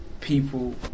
people